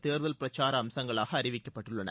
தேர்தல் பிரச்சார அம்சங்களாக அறிவிக்கப்பட்டுள்ளன